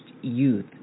youth